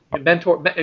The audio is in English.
Mentor